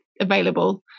available